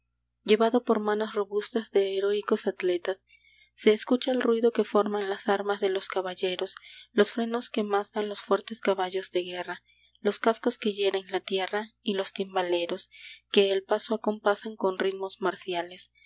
llevados por manos robustas de heroicos atletas se escucha el ruido que forman las armas de los caballeros los frenos que mascan los fuertes caballos de guerra los cascos que hieren la tierra y los timbaleros que el paso acompasan con ritmos marciales